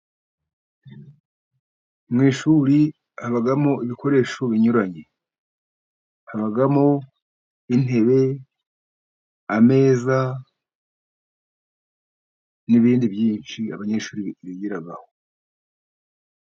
Mu ishuri habamo ibikoresho binyuranye. Habamo intebe, ameza n'ibindi byinshi abanyeshuri bigiraho.